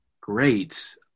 Great